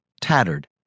tattered